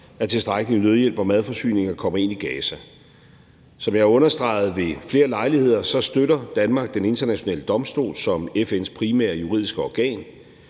tilstrækkeligt med nødhjælp og madforsyninger ind i Gaza. Som jeg har understreget ved flere lejligheder, støtter Danmark den international domstol som FN's primære juridiske organ,